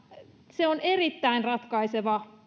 se on erittäin ratkaiseva